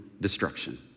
destruction